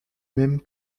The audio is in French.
même